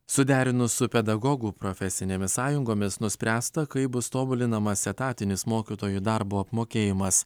suderinus su pedagogų profesinėmis sąjungomis nuspręsta kaip bus tobulinamas etatinis mokytojų darbo apmokėjimas